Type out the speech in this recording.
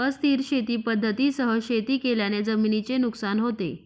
अस्थिर शेती पद्धतींसह शेती केल्याने जमिनीचे नुकसान होते